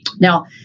Now